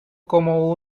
como